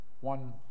one